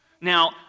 Now